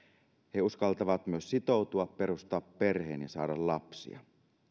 he uskaltavat myös sitoutua perustaa perheen ja saada lapsia